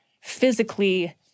physically